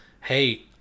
hey